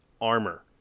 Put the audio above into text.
armor